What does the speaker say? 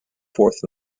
fourth